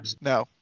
No